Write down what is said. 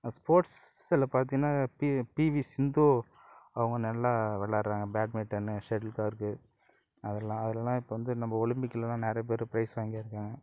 ஸ்போர்ட்ஸுல பார்த்திங்கன்னா P P V Sindhu அவங்க நல்லா விளாடுறாங்க பேட்மிட்டனு செட்டில் கார்க்கு அதெல்லாம் அதெல்லாம் இப்போ வந்து நம்ப ஒலிம்பிக்லலாம் நிறைய பேர் ப்ரைஸ் வாங்கிருக்காங்க